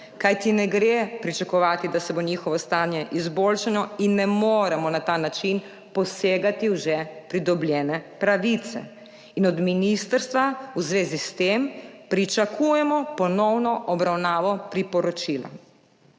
kajti ne gre pričakovati, da se bo njihovo stanje izboljšalo in ne moremo na ta način posegati v že pridobljene pravice in od ministrstva v zvezi s tem pričakujemo ponovno obravnavo priporočila.